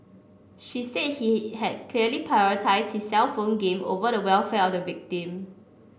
she said he had clearly prioritised his cellphone game over the welfare of the victim